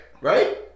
Right